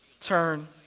turn